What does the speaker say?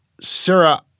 Sarah